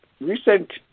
recent